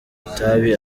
itabi